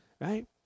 right